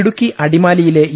ഇടുക്കി അടിമാലിയിലെ ഇ